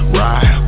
ride